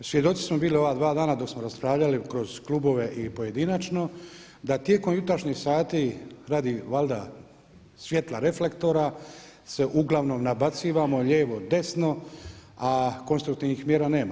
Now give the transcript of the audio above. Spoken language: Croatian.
Svjedoci smo bili ova dva dana dok smo raspravljali kroz klubove i pojedinačno da tijekom jutrašnjih sati radi valjda svjetla reflektora, se uglavnom nabacivamo lijevo desno, a konstruktivnih mjera nema.